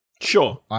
Sure